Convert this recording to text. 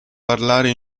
parlare